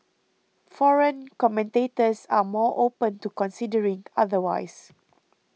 foreign commentators are more open to considering otherwise